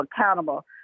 accountable